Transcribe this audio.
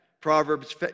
Proverbs